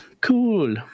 cool